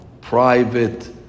private